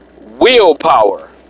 Willpower